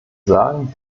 sagen